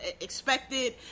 expected